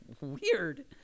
weird